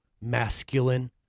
masculine